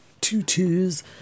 tutus